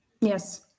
Yes